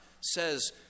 says